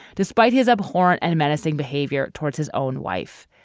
despite his abhorrent and menacing behavior towards his own wife,